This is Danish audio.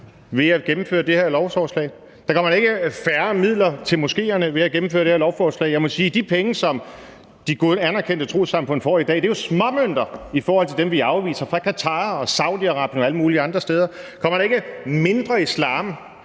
ved at gennemføre det her beslutningsforslag. Der kommer da ikke færre midler til moskeerne ved at gennemføre det her beslutningsforslag. Jeg må sige, at de penge, som de anerkendte trossamfund får i dag, er småmønter i forhold til dem, vi afviser fra Qatar og Saudi-Arabien og alle mulige andre steder fra. Der kommer da ikke mindre islam.